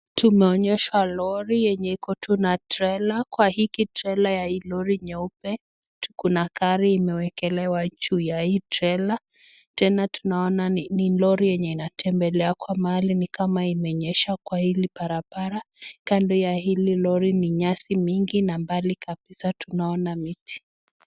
Tumeonyeshwa lori enye iko tu na trela, kwa hii trela ya hii lori, nyeupe kuna gari imewekelewa juu ya hii trela, tena tunaona ni lori enye inatembelea kwa mahali ni kama imenyeshewa kwa hili barabra, kando ya hili lori ni nyasi mingi na mbali kabisa tunaona miti.